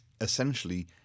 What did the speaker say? essentially